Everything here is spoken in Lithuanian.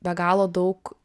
be galo daug